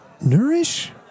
Nourish